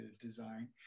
design